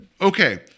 Okay